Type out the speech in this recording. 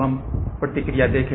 तो हम प्रतिक्रिया देखें